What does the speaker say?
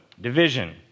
division